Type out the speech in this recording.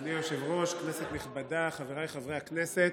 אדוני היושב-ראש, כנסת נכבדה, חבריי חברי הכנסת,